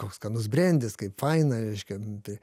koks skanus brendis kaip faina reiškia nu tai